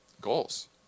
goals